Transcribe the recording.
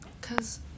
Cause